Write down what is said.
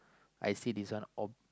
I see this one all